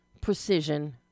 precision